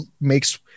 makes